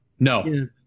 No